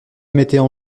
mettaient